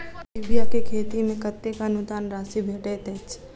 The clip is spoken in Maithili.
स्टीबिया केँ खेती मे कतेक अनुदान राशि भेटैत अछि?